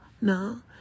no